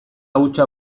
hutsa